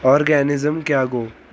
Organism کیاہ گوٚو ؟